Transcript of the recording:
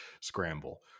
scramble